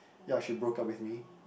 ya she broke up with me